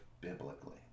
Biblically